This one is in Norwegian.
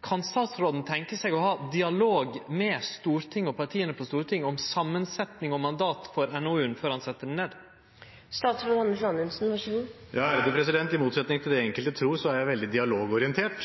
Kan statsråden tenkje seg å ha dialog med partia på Stortinget om samansetjinga og mandatet for NOU-utvalet før han set det ned? I motsetning til det enkelte tror, er jeg veldig dialogorientert.